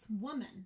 woman